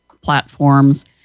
platforms